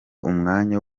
umwanya